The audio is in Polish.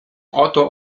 oto